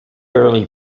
early